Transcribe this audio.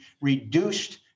reduced